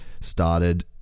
started